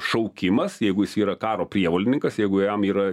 šaukimas jeigu jis yra karo prievolininkas jeigu jam yra